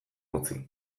utzi